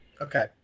Okay